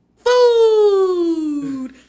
Food